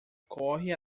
corre